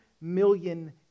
million